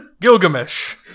Gilgamesh